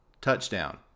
Touchdown